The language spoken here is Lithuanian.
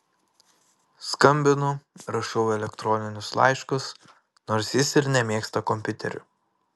skambinu rašau elektroninius laiškus nors jis ir nemėgsta kompiuterių